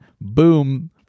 boom